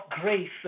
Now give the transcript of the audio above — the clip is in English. grace